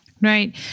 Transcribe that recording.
right